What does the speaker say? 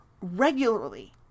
regularly